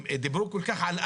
דיברו כל כך על אריג'